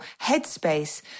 headspace